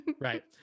right